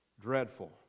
dreadful